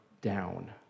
down